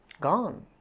Gone